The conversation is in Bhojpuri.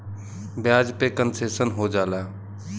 ब्याज पे कन्सेसन हो जाला